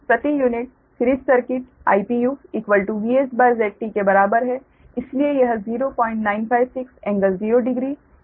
तो IL प्रति unit series circuit IVsZT के बराबर है इसलिए यह 0956∟00 भागित ZT के बराबर है